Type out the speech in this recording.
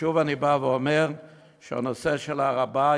ושוב אני בא ואומר שהנושא של הר-הבית,